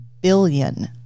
billion